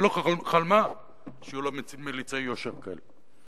היא לא חלמה שיהיו לה מליצי יושר כאלה.